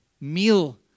meal